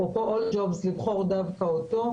אפרופו AllJobs, לבחור דווקא אותו.